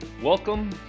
Welcome